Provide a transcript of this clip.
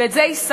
ואת זה יישמנו.